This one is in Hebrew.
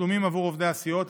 (תשלומים עבור עובדי הסיעות).